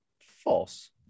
False